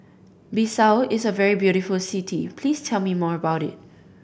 Bissau is a very beautiful city Please tell me more about it